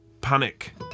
panic